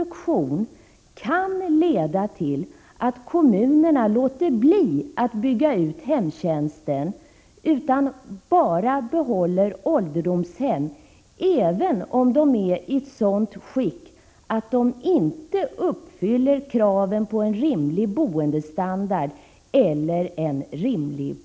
Att inte i dessa fall bedömas som en ekonomiskt självständig person får konsekvensen att den hjälpbehövande får känna att hon är en belastning också på makens ekonomi.